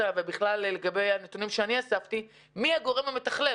ובכלל לגבי הנתונים שאני אספתי מי הגורם המתכלל?